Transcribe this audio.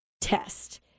test